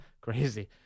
Crazy